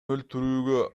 өлтүрүүгө